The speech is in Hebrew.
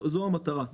זו המטרה.